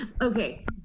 okay